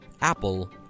apple